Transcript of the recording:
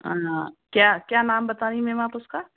हाँ क्या क्या नाम बता रही हैं मैम आप उसका